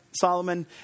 Solomon